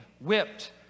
Whipped